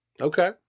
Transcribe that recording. Okay